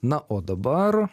na o dabar